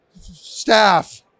staff